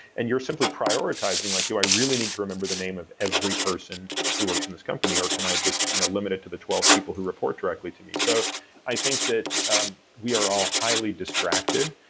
and you're simply prioritizing, like do i really need to remember the name of every person who works in this company, or can i just, you know, limit it to the twelve people who report directly to me? so i think that we are all highly distracted,